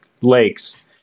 Lakes